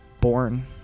born